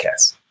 podcast